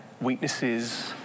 weaknesses